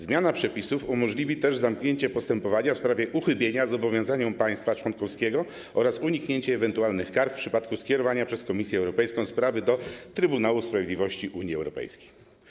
Zmiana przepisów umożliwi też zamknięcie postępowania w sprawie uchybienia zobowiązaniom państwa członkowskiego oraz uniknięcie ewentualnych kar w przypadku skierowania przez Komisję Europejską sprawy do Trybunału Sprawiedliwości Unii Europejskiej.